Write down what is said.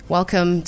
Welcome